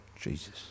Jesus